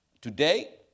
today